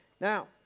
Now